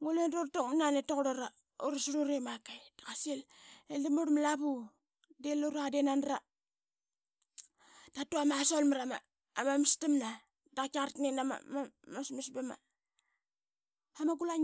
Ngule doratakmat nan ip tuquar ngri ura slura i makai, da qa sil itdamur ma lavu de lura de nani ratu ama salt mara mastamna da qaitiqar tanin ama smas bama